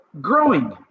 growing